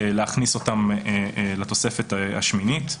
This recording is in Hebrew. להכניס אותן לתוספת השמינית.